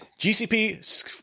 GCP